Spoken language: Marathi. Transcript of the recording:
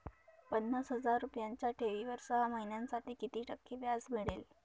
पन्नास हजार रुपयांच्या ठेवीवर सहा महिन्यांसाठी किती टक्के व्याज मिळेल?